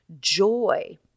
joy